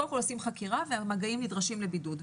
קודם כל עושים חקירה והמגעים נדרשים לבידוד,